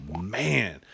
Man